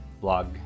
blog